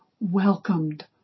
welcomed